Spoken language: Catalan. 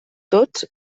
tots